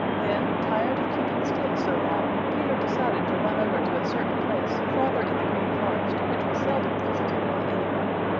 then, tired of keeping still so long, peter decided to run over to a certain place farther in the green forest which was seldom visited by any one.